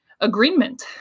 agreement